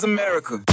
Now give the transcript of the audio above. America